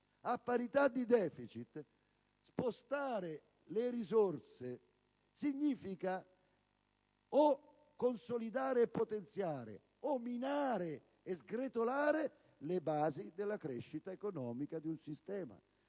a parità di deficit, spostare le risorse significa o consolidare e potenziare, o minare e sgretolare le basi della crescita economica di un sistema,